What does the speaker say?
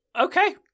Okay